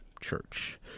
church